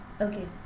Okay